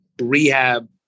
rehab